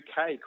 UK